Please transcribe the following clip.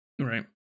Right